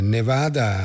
Nevada